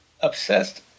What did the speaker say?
obsessed